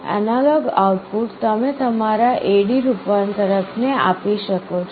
analogue output તમે તમારા AD રૂપાંતરક ને આપી શકો છો